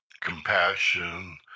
compassion